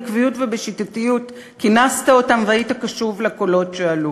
בעקביות ובשיטתיות כינסת אותם והיית קשוב לקולות שעלו.